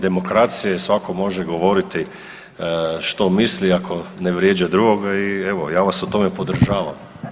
Demokracija je i svako može govoriti što misli ako ne vrijeđa drugoga i evo ja vas u tome podržavam.